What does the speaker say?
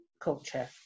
culture